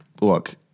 look